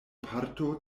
parto